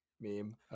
meme